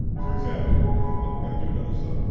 for example, we're gonna do another song